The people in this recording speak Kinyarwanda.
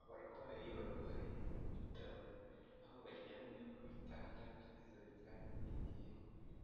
Abarwayi barwaye mu bitaro, aho baryamye ku bitanda byiza bijyanye n'igihe,